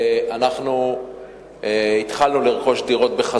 אנחנו התחלנו לרכוש שוב דירות.